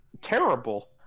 terrible